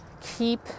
keep